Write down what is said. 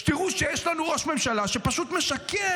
שתראו שיש לנו ראש ממשלה שהוא פשוט משקר.